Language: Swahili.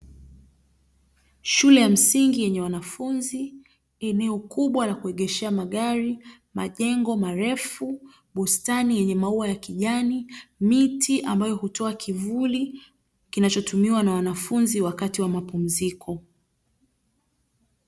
Shule ya msingi yenye wanafunzi, eneo kubwa la kuegeshea magari, majengo marefu, bustani yenye maua ya kijani, miti ambayo hutoa kivuli, kinachotumiwa na wanafunzi wakati wa mapumziko.